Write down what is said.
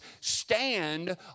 stand